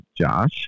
Josh